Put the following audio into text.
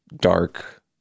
dark